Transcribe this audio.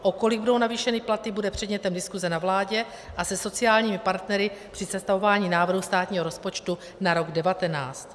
O kolik budou navýšeny platy, bude předmětem diskuse na vládě a se sociálními partnery při sestavování návrhu státního rozpočtu na rok 2019.